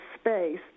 space